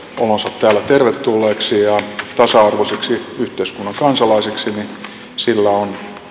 olonsa täällä tervetulleiksi ja tasa arvoisiksi yhteiskunnan kansalaisiksi on